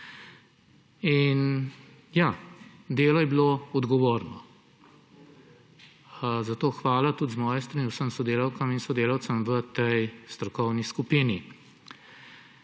Ja, delo je bilo odgovorno. Zato hvala tudi z moje strani vsem sodelavkam in sodelavcem v tej strokovni skupini.